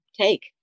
take